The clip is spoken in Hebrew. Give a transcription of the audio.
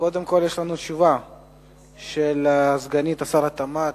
של סגנית שר התעשייה,